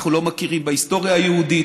אנחנו לא מכירים בהיסטוריה היהודית,